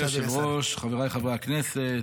אדוני היושב-ראש, חבריי חברי הכנסת,